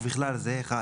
ובכלל זה - (1)